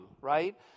right